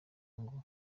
ngo